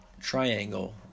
triangle